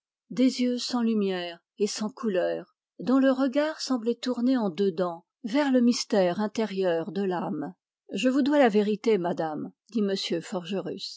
des yeux sans lumière et sans couleur dont le regard semblait tourné en dedans vers le mystère intérieur de l'âme je vous dois la vérité madame dit